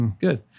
good